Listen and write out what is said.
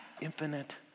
infinite